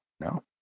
No